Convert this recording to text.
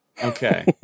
Okay